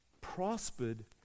prospered